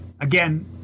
again